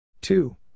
Two